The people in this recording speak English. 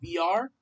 VR